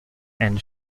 and